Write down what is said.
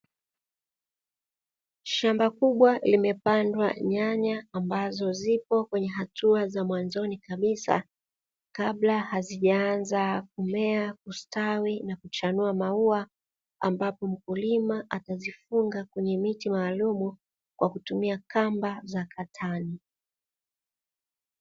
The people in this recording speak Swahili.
Shamba kubwa limepandwa nyanya ambazo zipo kwenye hatua za mwanzoni kabisa, kabla hazijaanza kumea, kustawi na kuchanua maua, ambapo mkulima atazifunga kwenye miti maalumu kwa kutumia kamba za katani.